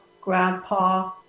grandpa